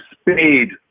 speed